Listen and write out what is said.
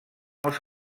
els